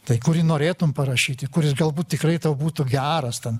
tai kurį norėtum parašyti kuris galbūt tikrai tau būtų geras ten